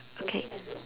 okay